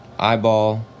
eyeball